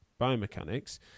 biomechanics